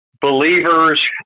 believers